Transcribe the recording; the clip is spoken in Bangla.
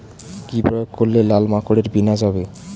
কি প্রয়োগ করলে লাল মাকড়ের বিনাশ হবে?